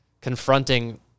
confronting